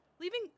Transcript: leaving